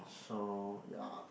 so ya